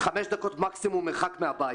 חמש דקות מקסימום מרחק מהבית.